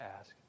ask